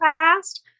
past